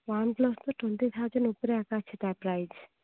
one plus ତ twenty thousand ଉପରେ ଆକାଶ ଛତା ପ୍ରାଇସ୍